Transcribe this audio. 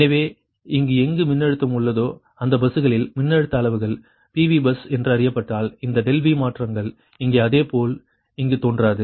எனவே இங்கு எங்கு மின்னழுத்தம் உள்ளதோ அந்த பஸ்களில் மின்னழுத்த அளவுகள் P V பஸ் என்று அறியப்பட்டால் அந்த ∆V மாற்றங்கள் இங்கே அதே போல் இங்கு தோன்றாது